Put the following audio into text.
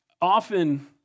often